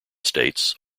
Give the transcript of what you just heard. states